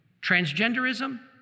transgenderism